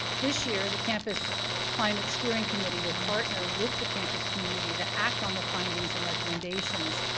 this year, the campus climate steering committee will partner with the campus community to act on the findings and recommendations,